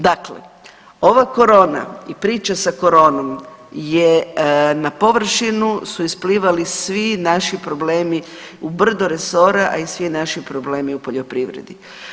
Dakle ova korona i priča sa koronom je na površinu su isplivali svi naši problemi u brdo resora, a i svi naši problemi u poljoprivredi.